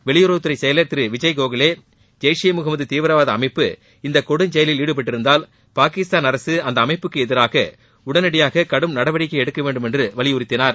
வெளியுறவுத்துறை செயலர் திரு விஜய் கோகலே ஜெய்ஷ்ஈ முகமது தீவிரவாத அமைப்பு இந்த கொடுஞ்செயலில் ஈடுபட்டிருந்தால் பாகிஸ்தான் அரசு அந்த அமைப்புக்கு எதிராக உடனடியாக கடும் நடவடிக்கையை எடுக்க வேண்டும் என்று வலியுறுத்தினார்